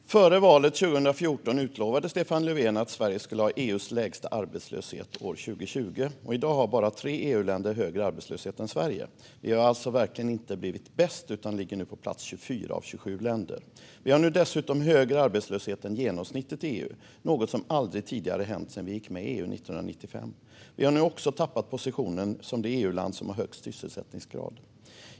Fru talman! Före valet 2014 utlovade Stefan Löfven att Sverige skulle ha EU:s lägsta arbetslöshet år 2020. I dag har bara tre EU-länder högre arbetslöshet än Sverige. Vi har alltså verkligen inte blivit bäst utan ligger nu på plats 24 av 27 länder. Vi har nu dessutom högre arbetslöshet än genomsnittet i EU, något som aldrig tidigare hänt sedan vi gick med i EU 1995. Vi har också tappat positionen som det EU-land som har högst sysselsättningsgrad.